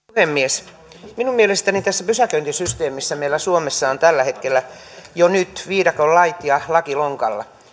puhemies minun mielestäni tässä pysäköintisysteemissä meillä suomessa on tällä hetkellä jo nyt viidakon lait ja laki lonkalla